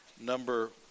number